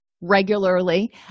regularly